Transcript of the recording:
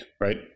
right